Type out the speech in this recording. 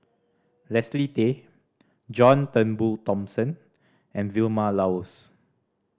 Leslie Tay John Turnbull Thomson and Vilma Laus